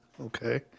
Okay